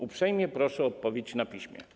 Uprzejmie proszę o odpowiedź na piśmie.